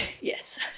Yes